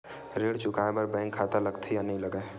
ऋण चुकाए बार बैंक खाता लगथे या नहीं लगाए?